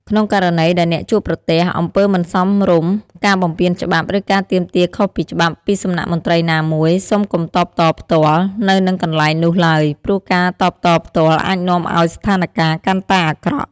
ក្នុងករណីដែលអ្នកជួបប្រទះ អំពើមិនសមរម្យ ការបំពានច្បាប់ ឬការទាមទារខុសពីច្បាប់ ពីសំណាក់មន្ត្រីណាមួយ សូមកុំតបតផ្ទាល់ នៅនឹងកន្លែងនោះឡើយ ព្រោះការតបតផ្ទាល់អាចនាំឱ្យស្ថានការណ៍កាន់តែអាក្រក់។